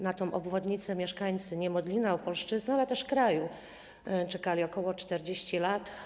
Na tę obwodnicę mieszkańcy Niemodlina, Opolszczyzny, ale też kraju czekali ok. 40 lat.